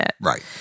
Right